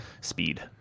speed